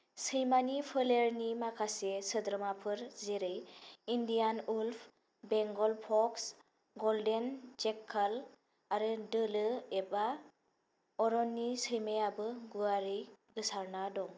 सैमानि फोलेरनि माखासे सोद्रोमाफोर जेरै Indian wolf Bengal fox golden jackal आरो दोलो एबा अरननि सैमायाबो गुवारै गोसारना दं